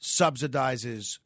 subsidizes